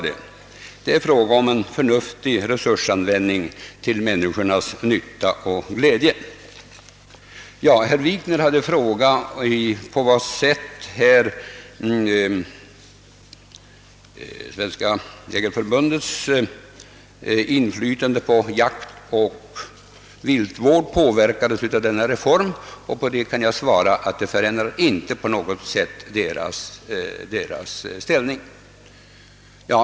Det är här fråga om en förnuftig resursanvändning till människornas nytta och glädje. Herr Wikner frågade på vad sätt Svenska jägareförbundets inflytande på jaktoch viltvård påverkades av denna reform, På det kan jag svara att den inte på något sätt förändrar förbundets ställning.